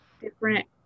different